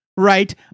Right